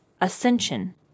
Ascension